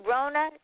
Rona